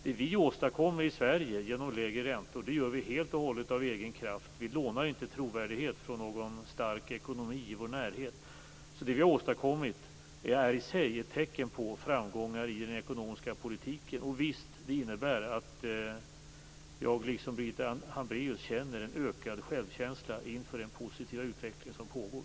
Det vi åstadkommer i Sverige genom lägre räntor gör vi helt och hållet av egen kraft. Vi lånar inte trovärdighet från någon stark ekonomi i vår närhet. Det vi har åstadkommit är alltså i sig ett tecken på framgångar i den ekonomiska politiken. Visst innebär det att jag, liksom Birgitta Hambraeus, har en ökad självkänsla inför den positiva utveckling som pågår.